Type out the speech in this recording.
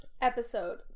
Episode